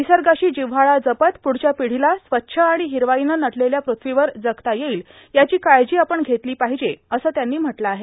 निसर्गाशी जिव्हाळा जपत पुढच्या पिढीला स्वच्छ आणि हिरवाईनं नटलेल्या पृथ्वीवर जगता येईल याची काळजी आपण घेतली पाहिजे असं त्यांनी म्हटलं आहे